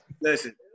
Listen